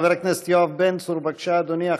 חבר הכנסת יואב בן צור, בבקשה, אדוני.